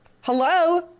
hello